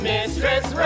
Mistress